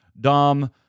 Dom